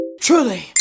truly